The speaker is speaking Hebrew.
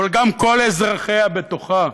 אבל גם כל אזרחיה בתוכה.